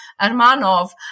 Ermanov